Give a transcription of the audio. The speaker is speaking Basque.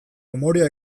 umorea